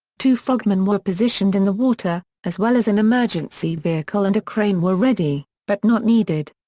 two frogmen were positioned in the water, as well as an emergency vehicle and a crane were ready, but not needed.